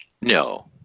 No